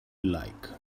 like